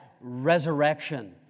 resurrection